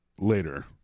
later